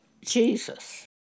Jesus